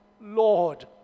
Lord